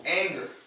anger